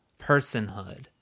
personhood